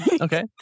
Okay